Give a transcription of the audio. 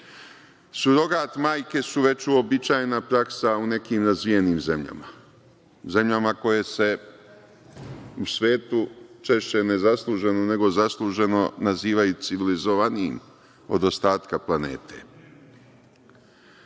Surogat majke su već uobičajena praksa u nekim razvijenim zemljama, zemljama koje se u svetu, češće nezasluženo nego zasluženo, nazivaju civilizovanijim od ostatka planete. Šta